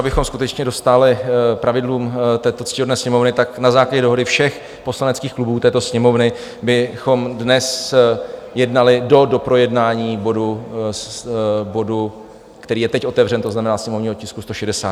Abychom skutečně dostáli pravidlům této ctihodné Sněmovny, na základě dohody všech poslaneckých klubů této Sněmovny bychom dnes jednali do doprojednání bodu, který je teď otevřen, to znamená sněmovního tisku 160.